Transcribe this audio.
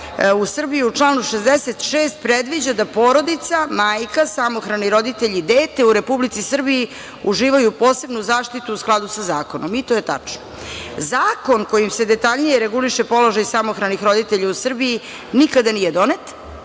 u Srbiji, u članu 66. predviđa da porodica, majka, samohrani roditelji i dete u Republici Srbiji uživaju posebnu zaštitu u skladu sa zakonom. To je tačno. Zakon kojim se detaljnije reguliše položaj samohranih roditelja u Srbiji nikada nije donet,